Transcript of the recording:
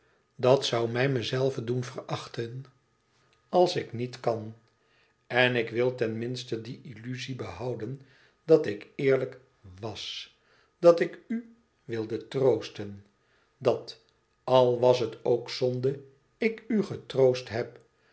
dat zoû me mijzelve doen verachten als ik niet kan en ik wil ten minste die illuzie behouden dat ik eerlijk wàs dat ik u wilde troosten dat al was het ook zonde ik u getroost heb